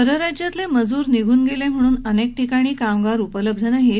परराज्यातले मज्र निघ्न गेले म्हणून अनेक ठिकाणी कामगार उपलब्ध नाहीत